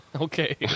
Okay